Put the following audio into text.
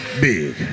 big